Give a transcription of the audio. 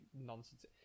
nonsense